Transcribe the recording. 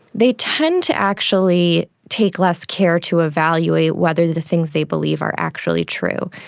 they tend to actually take less care to evaluate whether the things they believe are actually true.